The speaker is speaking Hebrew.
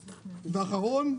6. ודבר אחרון,